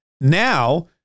Now